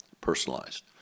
personalized